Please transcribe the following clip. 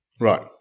right